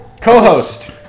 co-host